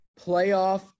playoff